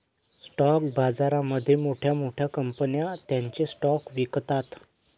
stock बाजारामध्ये मोठ्या मोठ्या कंपन्या त्यांचे स्टॉक्स विकतात